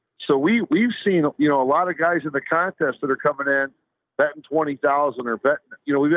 so we we've seen, you know, a lot of guys in the contest that are coming in that in twenty thousand or better, you know, yeah